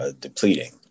depleting